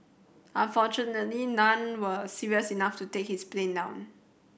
unfortunately none were serious enough to take his plane down